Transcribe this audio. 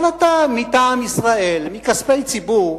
אבל אתה מטעם ישראל, מכספי ציבור,